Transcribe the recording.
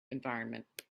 environment